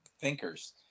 thinkers